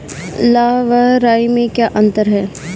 लाह व राई में क्या अंतर है?